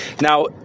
now